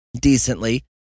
decently